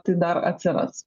tai dar atsiras